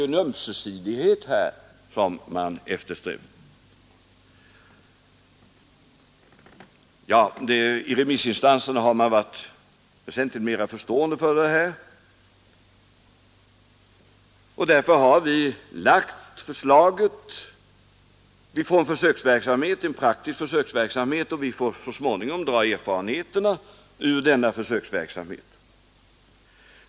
Man eftersträvar här en ömsesidighet I remissinstanserna har man varit mera förstående för dessa synpunkter. Vi har därför lagt fram förslaget med sikte på en praktisk försöksverksamhet, och vi får så småningom vinna erfarenheter av denna försöksverksamhet.